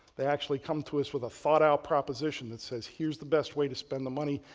they actually come to us with a thought out proposition that says, here's the best way to spend the money,